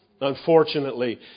Unfortunately